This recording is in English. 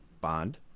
Bond